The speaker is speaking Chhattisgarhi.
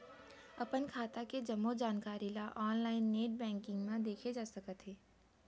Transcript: अपन खाता के जम्मो जानकारी ल ऑनलाइन नेट बैंकिंग म देखे जा सकत हे